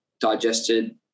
digested